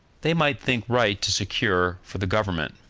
they might think right to secure for the government.